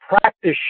practice